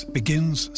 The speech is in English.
begins